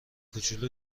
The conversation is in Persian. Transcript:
کوچولو